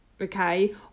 okay